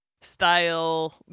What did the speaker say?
style